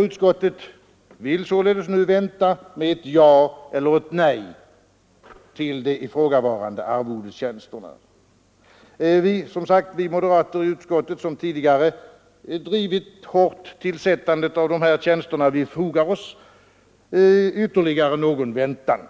Utskottet vill således vänta med att säga ett ja eller ett nej till de ifrågavarande arvodestjänsterna. Vi moderater i utskottet som tidigare hårt drivit kravet på tillsättande av dessa tjänster fogar oss alltså i ytterligare någon väntan,